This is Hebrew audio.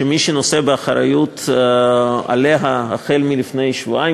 שמי שנושא באחריות לה החל מלפני שבועיים,